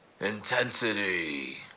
Intensity